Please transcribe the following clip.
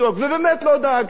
ובאמת לא דאגתי.